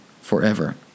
forever